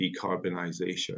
decarbonisation